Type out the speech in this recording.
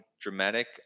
dramatic